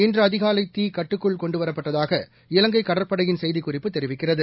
இன்று அதிகாலை தீ கட்டுக்குள் கொண்டு வரப்பட்டதாக இலங்கை கடற்படையின் செய்திக் குறிப்பு தெரிவிக்கிறது